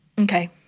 Okay